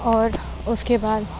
اور اس کے بعد